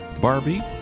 Barbie